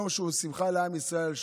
יום שהוא שמחה לעם ישראל,